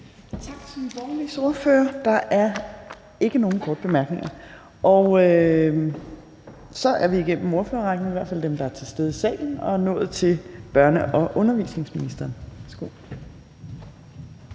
til Nye Borgerliges ordfører. Der er ikke nogen korte bemærkninger, og så er vi igennem ordførerrækken, i hvert fald dem, der er til stede i salen, og er nået til børne- og undervisningsministeren.